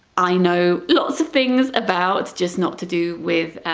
i know lots of things about, just not to do with